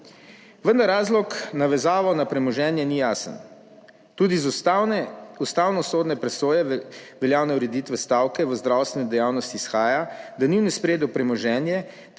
Vendar razlog na vezavo na premoženje ni jasen. Tudi iz ustavnosodne presoje veljavne ureditve stavke v zdravstveni dejavnosti izhaja, da ni v ospredju premoženje,